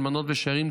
אלמנות ושארים,